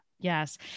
Yes